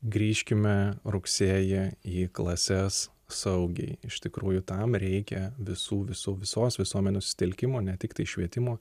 grįžkime rugsėjį į klases saugiai iš tikrųjų tam reikia visų visų visos visuomenės susitelkimo ne tiktai švietimo